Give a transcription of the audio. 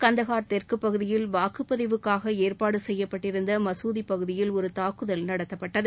கந்தஹார் தெற்கு பகுதியில் வாக்குப்பதிவுக்னக ஏற்பாடு செய்யப்பட்டிருந்த மசூதி பகுதியில் ஒரு தாக்குதல் நடத்தப்பட்டது